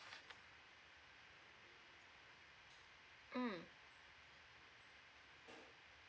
mm